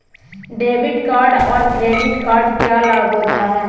Debit card और credit card क्या लाभ होता है?